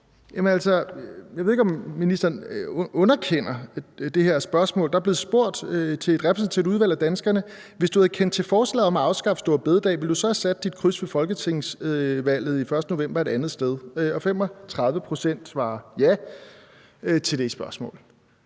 jeg ved ikke, om ministeren underkender det her spørgsmål. Et repræsentativt udvalg af danskerne er blevet spurgt: Hvis du havde kendt til forslaget om at afskaffe store bededag, ville du så have sat dit kryds et andet sted ved folketingsvalget den 1. november? 35 pct. svarer ja til det spørgsmål.